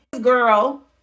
girl